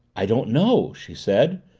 i don't know, she said.